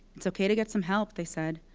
it's ok to get some help. they said.